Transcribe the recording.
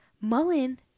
Mullen